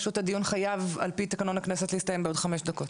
פשוט הדיון חייב על פי תקנון הכנסת להסתיים בעוד חמש דקות.